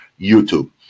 YouTube